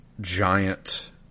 giant